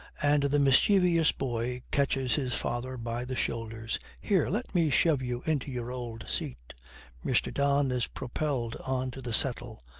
and the mischievous boy catches his father by the shoulders. here, let me shove you into your old seat mr. don is propelled on to the settle.